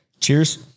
Cheers